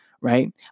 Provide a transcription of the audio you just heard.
Right